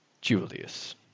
Julius